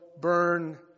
burn